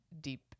deep